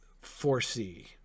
foresee